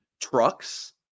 Trucks